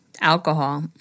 alcohol